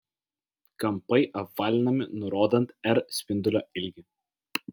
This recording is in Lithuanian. kampai apvalinami nurodant r spindulio ilgį